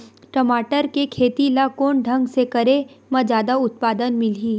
टमाटर के खेती ला कोन ढंग से करे म जादा उत्पादन मिलही?